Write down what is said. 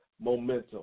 momentum